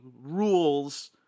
rules